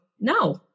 No